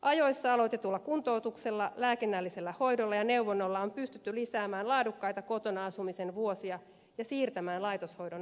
ajoissa aloitetulla kuntoutuksella lääkinnällisellä hoidolla ja neuvonnalla on pystytty lisäämään laadukkaita kotona asumisen vuosia ja siirtämään laitoshoidon alkamista